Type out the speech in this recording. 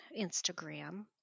Instagram